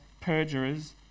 perjurers